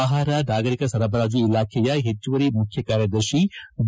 ಆಹಾರ ನಾಗರಿಕ ಸರಬರಾಜು ಇಲಾಖೆಯ ಹೆಚ್ಚುವರಿ ಮುಖ್ಯ ಕಾರ್ಯದರ್ತಿ ಬಿ